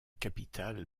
capitale